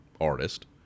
artist